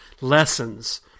lessons